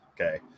Okay